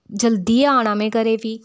जल्दी ऐ आना मैं घरै फ्ही